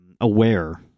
aware